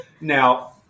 Now